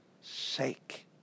sake